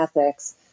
ethics